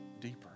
deeper